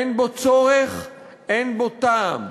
אין בו צורך, אין בו טעם.